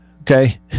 okay